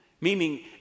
Meaning